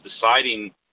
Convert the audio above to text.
deciding